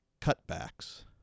cutbacks